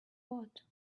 what